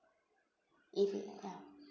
if ya